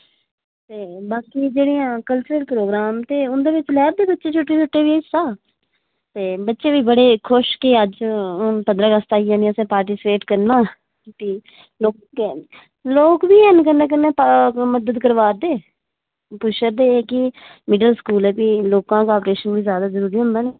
ते बाकी जेह्ड़े हैन कल्चरल प्रोग्राम ते उंदे च लैआ दे छोटे छोटे बच्चे हिस्सा ते बच्चे बी बड़े खुश की अज्ज पंद्रहां अगस्त आवा दी ते असें पार्टीस्पेट करना ते लोकें ते लोग बी हैन मदद करा दे ते पुच्छा दे की मिडिल स्कूल च लोकें दा किश जादै होंदा नी